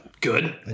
Good